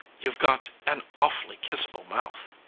you've got an awfully kissable mouth,